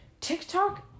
TikTok